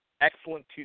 excellent